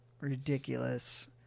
Ridiculous